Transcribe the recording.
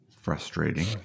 frustrating